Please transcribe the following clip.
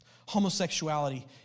Homosexuality